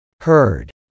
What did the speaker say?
heard